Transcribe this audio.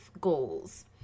goals